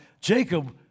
Jacob